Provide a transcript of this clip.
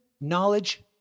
knowledge